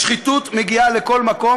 השחיתות מגיעה לכל מקום,